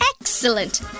Excellent